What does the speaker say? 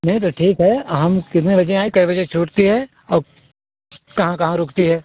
नहीं तो ठीक है हम कितने बजे आए कै बजे छूटती है और कहाँ कहाँ रुकती है